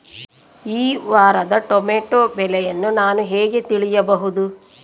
ಈ ವಾರದ ಟೊಮೆಟೊ ಬೆಲೆಯನ್ನು ನಾನು ಹೇಗೆ ತಿಳಿಯಬಹುದು?